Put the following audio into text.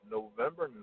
November